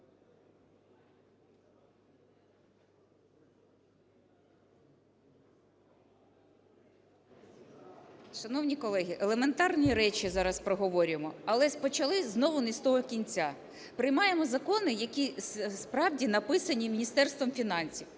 Шановні колеги, елементарні речі зараз проговорюємо, але почали знову не з того кінця, приймаємо закони, які справді написані Міністерством фінансів.